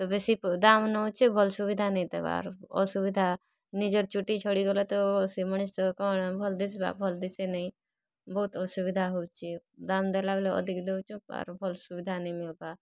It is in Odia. ତ ବେଶୀ ଦାମ୍ ନେଉଛେ ଭଲ୍ ସୁବିଧା ନାଇଁ ଦେବାର୍ ଅସୁବିଧା ନିଜର୍ ଚୁଟି ଝଡ଼ିଗଲେ ତ ସେ ମଣିଷ କା'ଣା ଭଲ୍ ଦିଶ୍ବା ଭଲ୍ ଦିଶେ ନାଇଁ ବହୁତ୍ ଅସୁବିଧା ହେଉଛେ ଦାମ୍ ଦେଲାବେଲେ ଅଧିକ୍ ଦେଉଛୁଁ ଆର୍ ଭଲ୍ ସୁବିଧା ନାଇଁ ମିଲ୍ବାର୍